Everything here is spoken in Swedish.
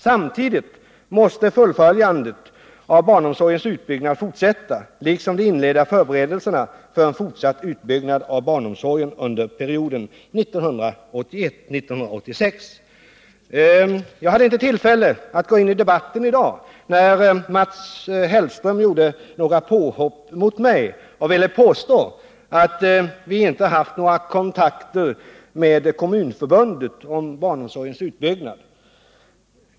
Samtidigt måste fullföljandet av barnomsorgens utbyggnad fortsätta liksom de inledda förberedelserna för en fortsatt utbyggnad av barnomsorgen under perioden 1981-1986. Jag hade inte tillfälle att gå in i debatten i dag, men Mats Hellström gjorde några påhopp mot mig och ville påstå att vi inte haft några kontakter med Kommunförbundet om barnomsorgens utbyggnad.